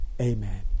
Amen